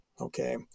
Okay